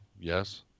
Yes